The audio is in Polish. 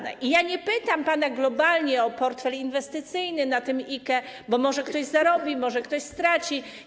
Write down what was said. Nie pytam pana globalnie o portfel inwestycyjny na IKE, bo może ktoś zarobi, może ktoś straci.